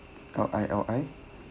L I L I